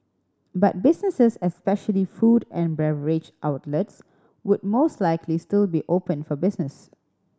but businesses especially food and beverage outlets would most likely still be open for business